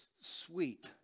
sweet